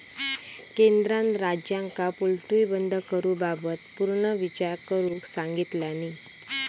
केंद्रान राज्यांका पोल्ट्री बंद करूबाबत पुनर्विचार करुक सांगितलानी